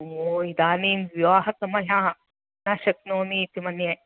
ओ इदानीं विवाहसमयः न शक्नोमि इति मन्ये